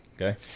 Okay